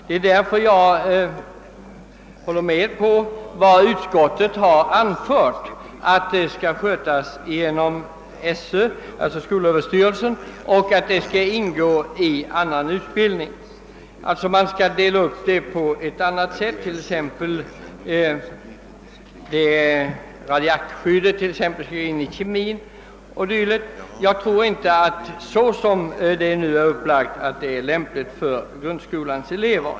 Det är därför jag instämmer i utskottets uppfattning att denna utbildning skall skötas genom skolöverstyrelsen och ingå i annan undervisning. Radiakskyddet skall t.ex. ingå i kemiundervisningen 0.s. v. Jag tror inte att den nuvarande uppläggningen är lämplig för grundskolans elever.